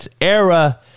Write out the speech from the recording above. era